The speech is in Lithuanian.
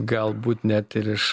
galbūt net ir iš